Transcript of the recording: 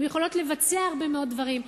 הן יכולות לבצע הרבה מאוד דברים.